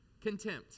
Contempt